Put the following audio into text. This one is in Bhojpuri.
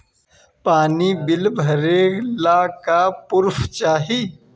पानी बिल भरे ला का पुर्फ चाई?